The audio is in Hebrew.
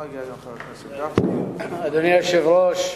אדוני היושב-ראש,